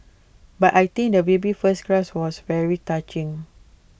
but I think the baby's first cry was very touching